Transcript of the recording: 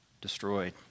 destroyed